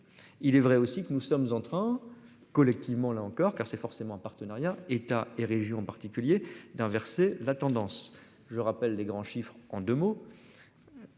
Il est vrai aussi que nous sommes en train, collectivement, là encore, car c'est forcément un partenariat, État et région en particulier d'inverser la tendance. Je rappelle les grands chiffres en 2 mots.